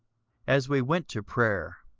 as we went to prayer,